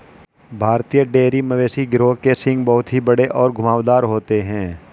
भारतीय डेयरी मवेशी गिरोह के सींग बहुत ही बड़े और घुमावदार होते हैं